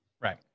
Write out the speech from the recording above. Right